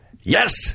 yes